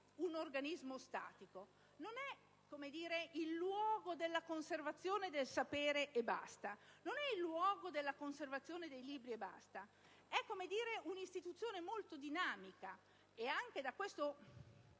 un organismo statico. Non è solo il luogo della conservazione del sapere; non è solo il luogo della conservazione dei libri. È una istituzione molto dinamica